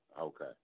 Okay